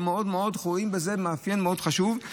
רואים בזה מאפיין מאוד מאוד חשוב.